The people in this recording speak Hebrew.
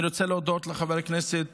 אני רוצה להודות לחבר הכנסת